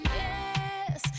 yes